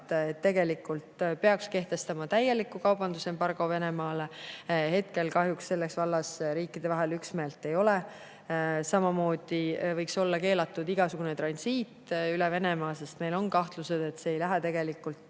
et tegelikult peaks Venemaale kehtestama täieliku kaubandusembargo. Kahjuks praegu selles vallas riikide vahel üksmeelt ei ole. Samamoodi võiks olla keelatud igasugune transiit Venemaa kaudu, sest meil on kahtlused, et see ei lähe tegelikult